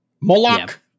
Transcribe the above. Moloch